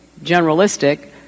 generalistic